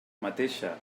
mateixa